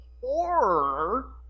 horror